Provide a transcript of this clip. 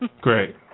Great